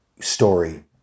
story